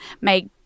make